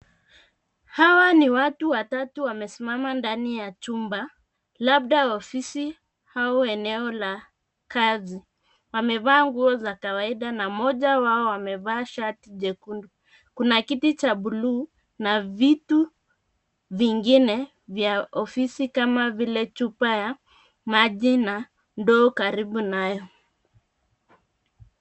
Hawa ni watu watatu wamesimama ndani ya chumba labda ofisi au eneo la kazi. Wamevaa nguo za kawaida na mmoja wao amevaa shati jekundu. Kuna kiti cha buluu na vitu vingine vya ofisi kama vile chupa ya maji na ndoo karibu nayo.